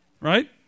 Right